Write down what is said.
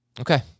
Okay